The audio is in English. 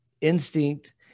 instinct